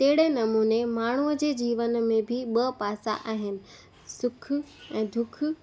तहिड़े नमूने माण्हूअ जे जीवन में बि ॿ पासा आहिनि सुख ऐं दुख